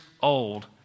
old